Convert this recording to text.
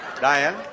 Diane